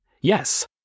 Yes